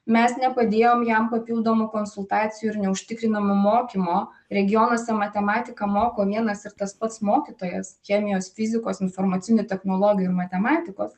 mes nepadėjom jam papildomų konsultacijų ir neužtikrinom mokymo regionuose matematiką moko vienas ir tas pats mokytojas chemijos fizikos informacinių technologijų ir matematikos